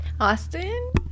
austin